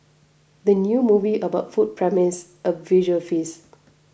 the new movie about food promises a visual feast